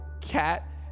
cat